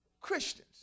Christians